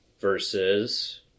versus